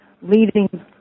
leading